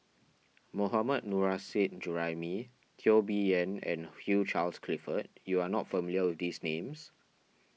Mohammad Nurrasyid Juraimi Teo Bee Yen and Hugh Charles Clifford you are not familiar with these names